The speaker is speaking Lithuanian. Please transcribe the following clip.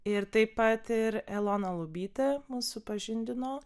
ir taip pat ir elona lubytė mus supažindino